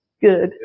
Good